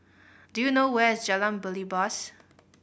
do you know where is Jalan Belibas